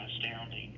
astounding